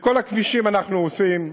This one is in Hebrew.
את כל הכבישים אנחנו עושים.